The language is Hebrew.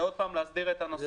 זה שוב להסדיר את הנושא.